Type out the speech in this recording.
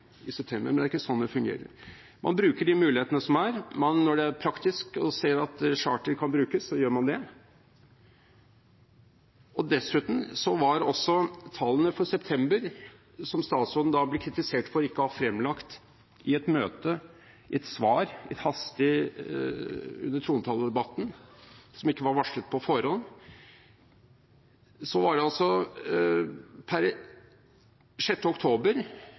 i september, men det er ikke slik det fungerer. Man bruker de mulighetene som er, og når det er praktisk og man ser at charter kan brukes, så gjør man det. Dessuten: Tallene for september, som statsråden ble kritisert for ikke å ha fremlagt i et møte – i et hastig svar under trontaledebatten, som ikke var varslet på forhånd – var per 6. oktober